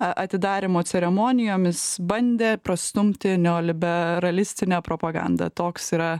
atidarymo ceremonijomis bandė prastumti neoliberalistinę propagandą toks yra